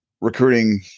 recruiting